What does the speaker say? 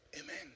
Amen